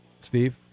Steve